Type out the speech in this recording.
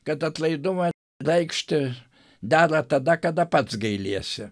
kad atlaidumą reikšti dera tada kada pats gailiesi